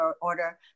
order